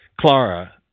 Clara